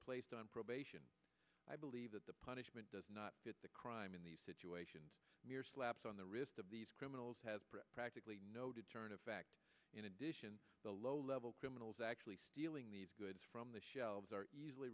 placed on probation i believe that the punishment does not fit the crime in these situations mere slaps on the wrist of these criminals has practically no deterrent effect in addition to low level criminals actually stealing these goods from the shelves are easily